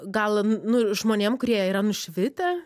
gal nu žmonėm kurie yra nušvitę